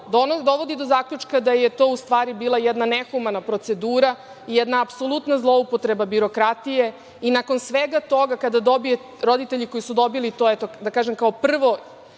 dovodi do zaključka da je to u stvari bila jedna nehumana procedura i jedna apsolutna zloupotreba birokratije. Nakon svega toga, kada roditelji koji su dobili to, eto, da kažem, kao prvo